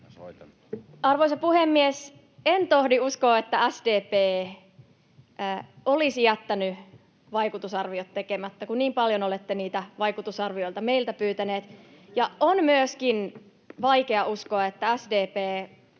Arvoisa puhemies! En tohdi uskoa, että SDP olisi jättänyt vaikutusarviot tekemättä, kun niin paljon olette niitä vaikutusarvioita meiltä pyytäneet. On myöskin vaikea uskoa, että SDP